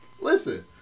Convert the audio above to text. Listen